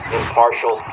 impartial